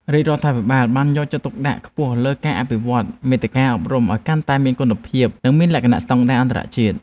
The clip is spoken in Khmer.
រដ្ឋាភិបាលបានយកចិត្តទុកដាក់ខ្ពស់ក្នុងការអភិវឌ្ឍន៍មាតិកាអប់រំឱ្យកាន់តែមានគុណភាព និងមានលក្ខណៈស្តង់ដារអន្តរជាតិ។